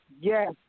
yes